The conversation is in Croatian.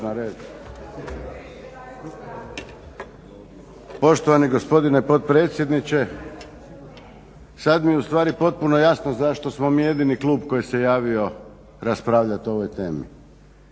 Poštovani gospodine potpredsjedniče. Sad mi ustvari potpuno jasno zašto smo mi jedini klub koji se javio raspravljati o ovoj temi.